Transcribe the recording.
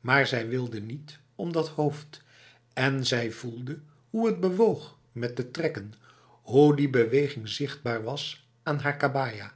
maar zij wilde niet om dat hoofd en zij voelde hoe het bewoog met de trekken hoe die beweging zichtbaar was aan haar kabaja